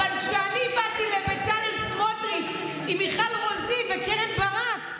אבל כשאני באתי לבצלאל סמוטריץ' עם מיכל רוזין וקרן ברק,